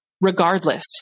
regardless